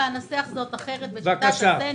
אנסח זאת אחרת בשיטת הסנדוויץ'.